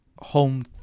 home